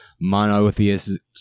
monotheistic